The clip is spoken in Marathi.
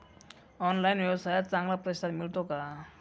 ऑनलाइन व्यवसायात चांगला प्रतिसाद मिळतो का?